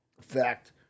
fact